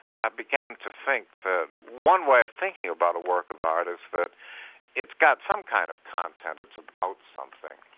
i began to think that one way of thinking about a work of art is that it's got some kind of content it's about something.